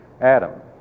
Adam